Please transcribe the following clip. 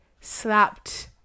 slapped